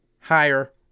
higher